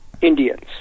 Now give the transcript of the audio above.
Indians